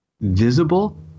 visible